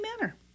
manner